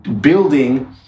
building